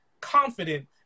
confident